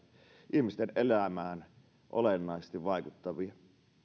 ihmisten elämään olennaisesti vaikuttavia